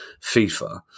FIFA